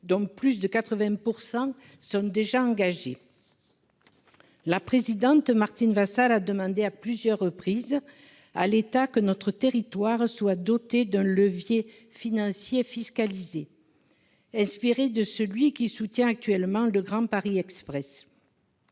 dont plus de 80 % sont déjà engagés. La présidente, Martine Vassal, a demandé à plusieurs reprises à l'État que notre territoire soit doté d'un levier financier fiscalisé, inspiré de celui qui soutient actuellement le Grand Paris Express.